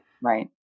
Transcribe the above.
Right